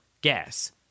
gas